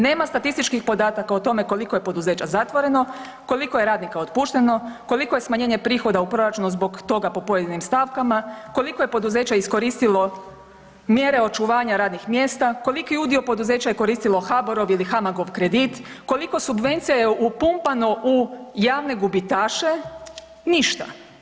Nema statističkih podataka o tome koliko je poduzeća zatvoreno, koliko je radnika otpušteno, koliko je smanjenje prihoda u proračuna zbog toga po pojedinim stavkama, koliko je poduzeća iskoristilo mjere očuvanja radnih mjesta, koliki udio poduzeća je koristilo HABOR-ov ili HAMAG-ov kredit, koliko subvencija je upumpano u javne gubitaše, ništa.